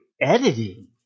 editing